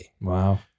Wow